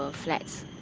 ah flats.